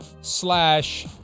slash